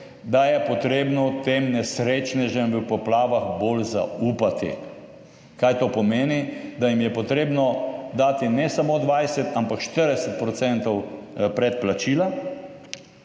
da je potrebno tem nesrečnežem v poplavah bolj zaupati. Kaj to pomeni? Da jim je potrebno dati ne samo 20, ampak 40 % predplačila,